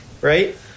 right